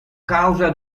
causa